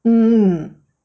um